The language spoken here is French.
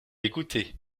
écoutée